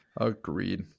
Agreed